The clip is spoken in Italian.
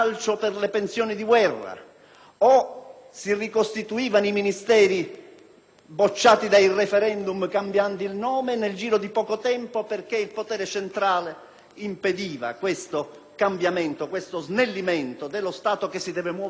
bocciati dai *referendum*, cambiando il nome nel giro di poco tempo, perché il potere centrale impediva il cambiamento e lo snellimento dello Stato che invece deve muoversi su livelli equiordinati, quelli previsti dall'articolo 114 della Costituzione,